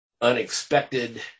unexpected